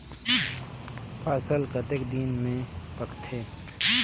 फसल कतेक दिन मे पाकथे?